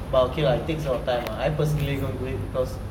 but okay lah takes a lot of time ah I personally don't do it because